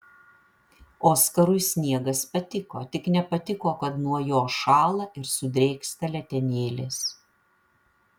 oskarui sniegas patiko tik nepatiko kad nuo jo šąla ir sudrėksta letenėlės